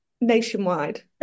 nationwide